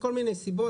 מכל מיני סיבות,